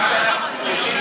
מה שאנחנו חושבים,